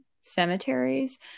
cemeteries